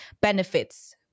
benefits